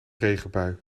regenbui